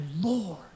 Lord